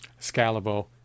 scalable